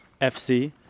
FC